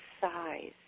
size